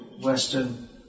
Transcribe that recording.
Western